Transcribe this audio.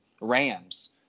Rams